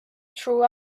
true